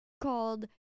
called